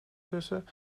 tussen